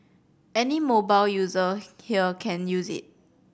any mobile user here can use it